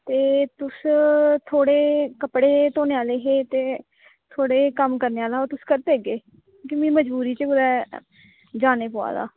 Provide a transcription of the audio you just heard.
एह् तुस थोह्ड़े कपड़े धोने आह्ले हे ते थोह्ड़ा कम्म करने आह्ला हा ते तुस करी देगे ते मिगी मजबूरी करी गै जाना पवा दा